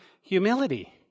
Humility